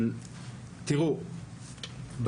תראו,